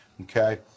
okay